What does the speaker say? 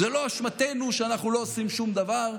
זו לא אשמתנו שאנחנו לא עושים שום דבר,